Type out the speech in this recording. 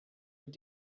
were